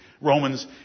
Romans